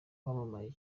wamamaye